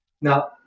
Now